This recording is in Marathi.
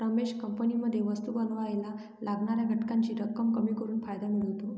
रमेश कंपनीमध्ये वस्तु बनावायला लागणाऱ्या घटकांची रक्कम कमी करून फायदा मिळवतो